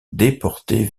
déportés